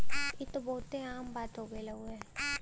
ई त बहुते आम बात हो गइल हउवे